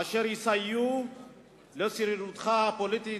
אשר יסייעו לשרידותך הפוליטית,